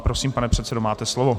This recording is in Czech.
Prosím, pane předsedo, máte slovo.